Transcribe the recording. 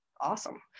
awesome